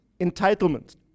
entitlement